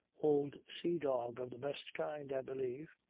old sea-dog of the best kind, i believe,